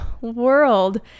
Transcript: world